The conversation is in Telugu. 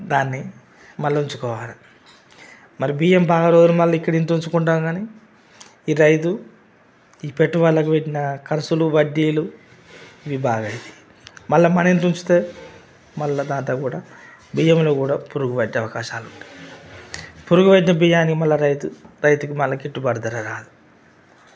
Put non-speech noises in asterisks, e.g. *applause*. దాన్ని మళ్ళా ఉంచుకోవాలా మరి బియ్యం బాగా *unintelligible* ఇక్కడేం తెలుసుకుంటామని ఈ రైతు ఈ పెట్టు వాళ్ళకు పెట్టిన ఖర్చులు వడ్డీలు ఇవి బాగవుతాయి మళ్ళా మనయి తుంచు తారు మళ్ళా దాంట్లో కూడా బియ్యంలో కూడా పురుగు పట్టే అవకాశాలు ఉన్నాయి పురుగులు పట్టిన బియ్యాన్ని మళ్ళా రైతు రైతుకి మళ్ళా గిట్టుబాటు ధర రాదు